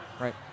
Right